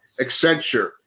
Accenture